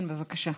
כן, בבקשה.